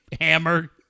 hammer